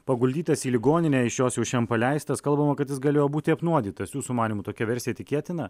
paguldytas į ligoninę iš jos jau šian paleistas kalbama kad jis galėjo būti apnuodytas jūsų manymu tokia versija tikėtina